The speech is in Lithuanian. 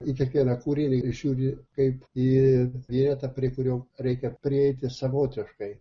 į kiekvieną kūrinį žiūri kaip į vietą prie kurio reikia prieiti savotiškai